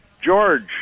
George